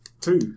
Two